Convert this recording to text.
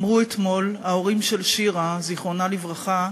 אמרו אתמול ההורים של שירה, זיכרונה לברכה,